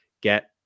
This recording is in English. get